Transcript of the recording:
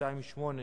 שאילתא 1028,